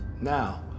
Now